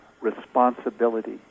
responsibility